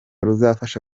ruzafasha